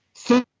so,